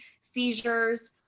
seizures